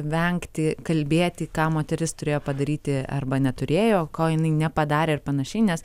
vengti kalbėti ką moteris turėjo padaryti arba neturėjo ko jinai nepadarė ir panašiai nes